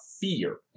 fear